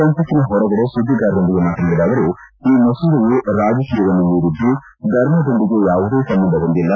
ಸಂಸತ್ತಿನ ಹೊರಗಡೆ ಸುದ್ದಿಗಾರರೊಂದಿಗೆ ಮಾತನಾಡಿದ ಅವರು ಈ ಮಸೂದೆಯು ರಾಜಕೀಯವನ್ನು ಮೀರಿದ್ದು ಧರ್ಮದೊಂದಿಗೆ ಯಾವುದೇ ಸಂಬಂಧ ಹೊಂದಿಲ್ಲ